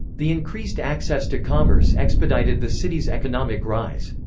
the increased access to commerce expedited the city's economic rise.